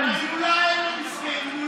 אבל הילולה אין לו, מסכן.